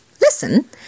Listen